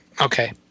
okay